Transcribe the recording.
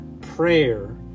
prayer